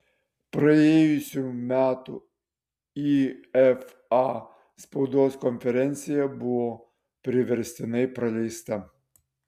praėjusių metų ifa spaudos konferencija buvo priverstinai praleista